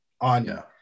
on